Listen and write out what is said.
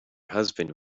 husband